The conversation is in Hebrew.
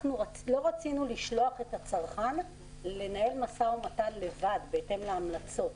באותם שווקים לא רצינו לשלוח את הצרכן לנהל משא ומתן לבד בהתאם להמלצות